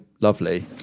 lovely